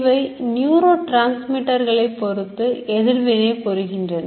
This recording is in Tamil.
இவை நியூரோ டிரான்ஸ்மிட்டர் களைப் பொறுத்து எதிர்வினை புரிகின்றன